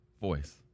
voice